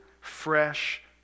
fresh